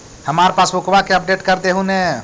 हमार पासबुकवा के अपडेट कर देहु ने?